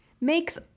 Makes